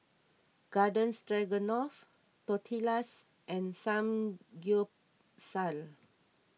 Garden Stroganoff Tortillas and Samgyeopsal